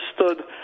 understood